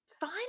fine